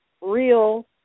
real